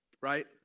right